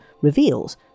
reveals